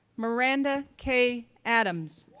miranda k. adams,